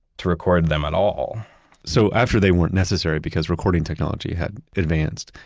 to record them at all so after they weren't necessary because recording technology had advanced,